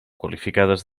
qualificades